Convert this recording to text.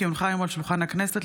כי הונחה היום על שולחן הכנסת,